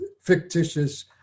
fictitious